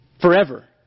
forever